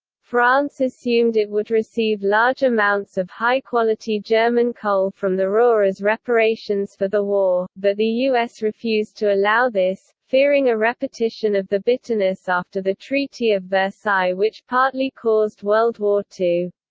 france assumed it would receive large amounts of high-quality german coal from the ruhr as reparations for the war, but the us refused to allow this, fearing a repetition of the bitterness after the treaty of versailles which partly caused world war ii.